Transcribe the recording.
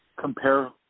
compare